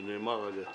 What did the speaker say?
זה נאמר גם על ידכם,